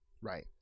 Right